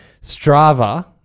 Strava